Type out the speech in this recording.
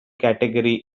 category